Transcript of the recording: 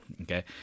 okay